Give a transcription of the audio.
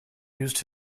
used